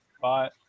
Bye